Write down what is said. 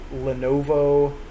Lenovo